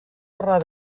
parlar